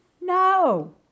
No